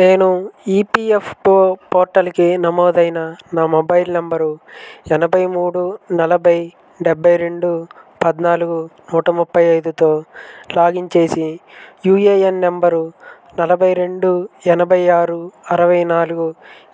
నేను ఈపీఎఫ్ఓ పోర్టల్కి నమోదైన నా మొబైల్ నంబరు ఎనభై మూడు నలభై డెబ్బై రెండు పద్నాలుగు నూట ముప్పై ఐదుతో లాగిన్ చేసి యూఏఎన్ నంబరు నలభై రెండు ఎనభై ఆరు అరవై నాలుగు